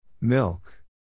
Milk